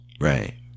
Right